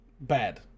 Bad